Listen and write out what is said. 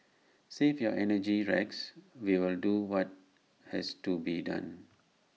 save your energy Rex we will do what has to be done